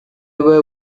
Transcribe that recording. were